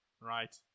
right